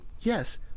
yes